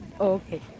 Okay